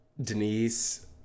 Denise